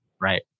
Right